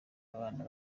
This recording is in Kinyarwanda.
abana